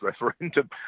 referendum